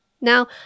Now